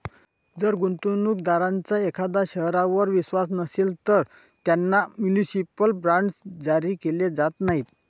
जर गुंतवणूक दारांचा एखाद्या शहरावर विश्वास नसेल, तर त्यांना म्युनिसिपल बॉण्ड्स जारी केले जात नाहीत